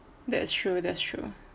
that's true that's true